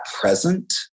present